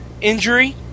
injury